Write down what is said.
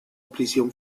prisión